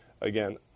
Again